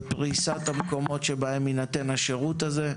פריסת המקומות שבהם יינתן השירות הזה,